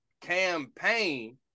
campaign